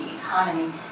economy